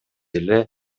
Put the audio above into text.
эле